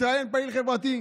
מתראיין פעיל חברתי,